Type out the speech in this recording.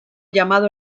llamado